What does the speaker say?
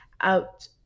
out